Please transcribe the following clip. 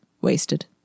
wasted